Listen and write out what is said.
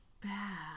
bad